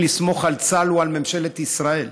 לסמוך על צה"ל או על ממשלת ישראל,